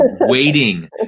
waiting